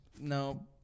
No